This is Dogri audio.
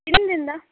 कुन दिंदा